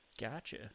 Gotcha